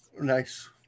Nice